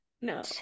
no